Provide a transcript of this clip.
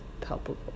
palpable